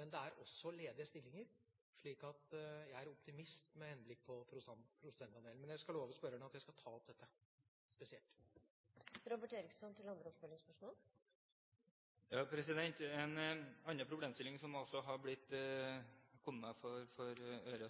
men det er også ledige stillinger. Så jeg er optimist med henblikk på prosentandelen. Men jeg skal love spørreren at jeg skal ta opp dette spesielt. En annen problemstilling som jeg har sett, og som også har kommet meg for øre, er